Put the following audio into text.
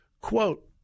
Quote